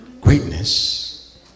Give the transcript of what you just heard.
greatness